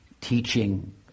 teaching